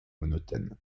monotone